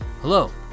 Hello